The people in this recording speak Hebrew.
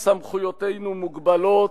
חבר הכנסת זחאלקה,